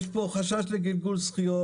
יש פה חשש לגלגול זכיות,